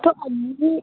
तो अभी